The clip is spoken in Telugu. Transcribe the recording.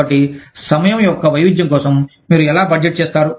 కాబట్టి సమయం యొక్క వైవిధ్యం కోసం మీరు ఎలా బడ్జెట్ చేస్తారు